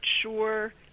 sure